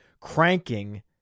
cranking